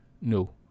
No